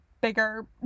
bigger